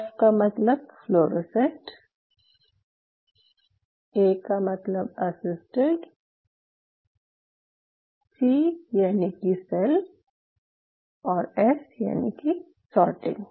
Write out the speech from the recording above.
F का मतलब fluorescent A का मतलब असिस्टेड सी यानि कि सेल और एस यानि कि सॉर्टिंग